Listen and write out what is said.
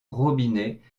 robinet